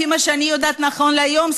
לפי מה שאני יודעת נכון להיום,